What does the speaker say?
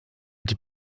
die